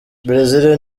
brezil